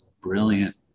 Brilliant